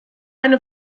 eine